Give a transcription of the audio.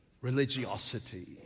religiosity